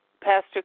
Pastor